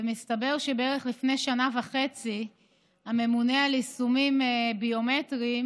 ומסתבר שבערך לפני שנה וחצי הממונה על יישומים ביומטריים